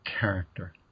character